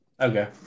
Okay